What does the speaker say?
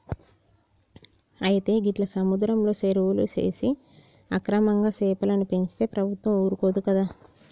అయితే గీట్ల సముద్రంలో సెరువులు సేసి అక్రమంగా సెపలను పెంచితే ప్రభుత్వం ఊరుకోదు కదా